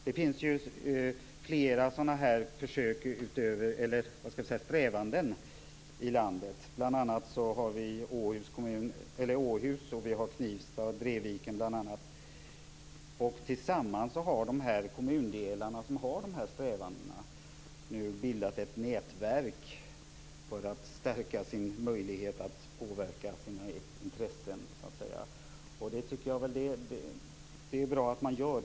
Det finns flera motsvarande strävanden i vårt land, bl.a. i Åhus, Knivsta och Drevviken. De kommundelar som har sådana här strävanden har nu bildat ett nätverk för att stärka sina möjligheter att påverka sina intressen. Det är bra att så sker.